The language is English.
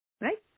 Right